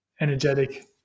energetic